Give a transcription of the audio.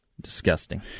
Disgusting